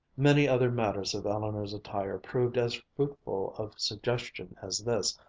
many other matters of eleanor's attire proved as fruitful of suggestion as this,